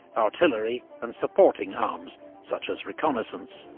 artillery and supporting arms, such as reconnaissance,